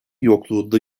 yokluğunda